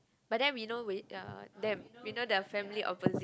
but then we know uh them we know the family opposite